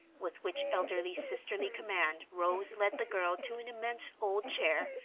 with which elder-sisterly command rose led the girl to an immense old chair,